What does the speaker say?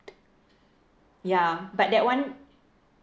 ya but that [one]